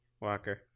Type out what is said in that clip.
Walker